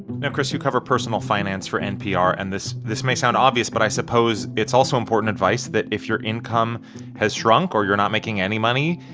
now, chris, you cover personal finance for npr. and this this may sound obvious. but i suppose it's also important advice that if your income has shrunk or you're not making any money,